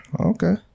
Okay